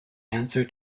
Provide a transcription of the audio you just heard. answer